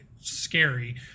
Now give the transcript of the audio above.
scary